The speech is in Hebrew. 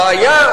הבעיה,